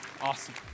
Awesome